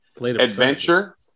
adventure